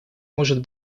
может